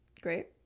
Great